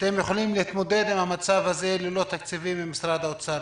מתכוננים יחד עם ראשי הרשויות לחודש